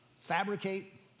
fabricate